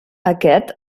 aquest